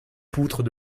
poutres